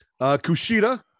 Kushida